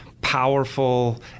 powerful